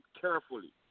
carefully